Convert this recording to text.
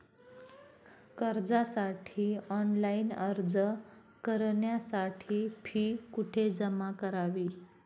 कर्जासाठी ऑनलाइन अर्ज करण्यासाठी फी कुठे जमा करावी?